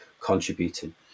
contributing